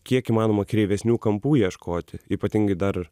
kiek įmanoma kreivesnių kampų ieškoti ypatingai dar